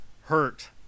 hurt